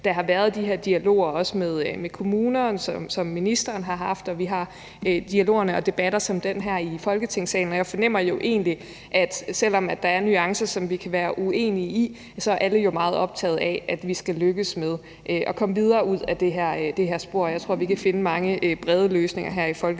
der har været de her dialoger med kommunerne, som ministeren har haft, og at vi har dialoger og debatter som den her i Folketingssalen. Jeg fornemmer egentlig, at selv om der er nuancer, vi kan være uenige om, er alle meget optaget af, at vi skal lykkes med at komme videre ud ad det her spor. Jeg tror, at vi kan finde mange brede løsninger på det her i Folketinget.